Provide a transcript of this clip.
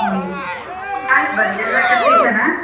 ಹ್ಞೂ ಆಯ್ತು ಬರ್ರಿ ಎಲ್ಲ ಕಟ್ಟಿ ಇಟ್ಟಾನ